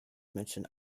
mention